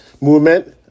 movement